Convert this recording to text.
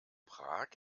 prag